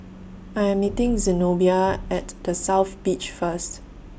I Am meeting Zenobia At The South Beach First